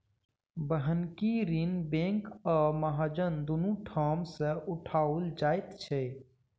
बन्हकी ऋण बैंक आ महाजन दुनू ठाम सॅ उठाओल जाइत छै